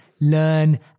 learn